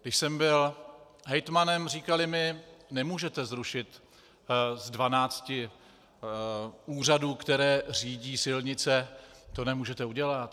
Když jsem byl hejtmanem, říkali mi: Nemůžete zrušit ze 12 úřadů, které řídí silnice, to nemůžete udělat.